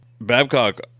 Babcock